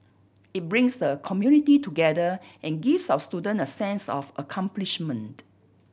it brings the community together and gives our students a sense of accomplishment